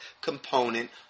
component